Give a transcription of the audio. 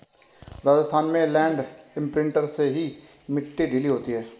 राजस्थान में land imprinter से ही मिट्टी ढीली होती है